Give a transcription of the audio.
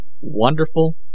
wonderful